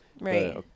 right